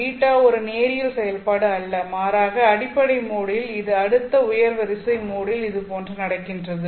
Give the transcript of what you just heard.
β ஒரு நேரியல் செயல்பாடு அல்ல மாறாக அடிப்படை மோடில் இது அடுத்த உயர் வரிசை மோடில் இதுபோன்று நடக்கின்றது